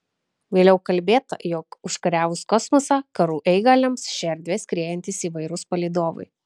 vėliau kalbėta jog užkariavus kosmosą karų eigą lems šia erdve skriejantys įvairūs palydovai